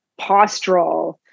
postural